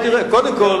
קודם כול,